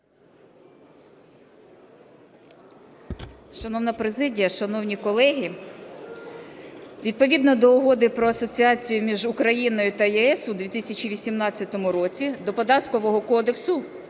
Шановна президія, шановні колеги! Відповідно до Угоди про асоціацію між Україною та ЄС у 2018 році до Податкового кодексу